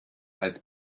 als